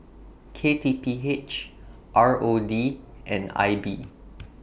K T P H R O D and I B